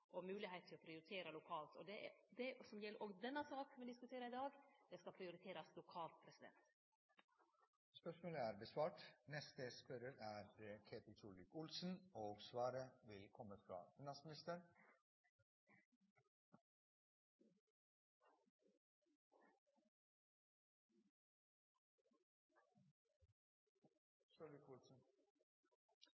og moglegheit til å prioritere lokalt. Det er også det som gjeld i denne saka som me diskuterer i dag – det skal prioriterast lokalt. Dette spørsmålet bortfaller, da spørreren ikke er